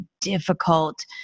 difficult